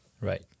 right